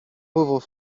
pauvre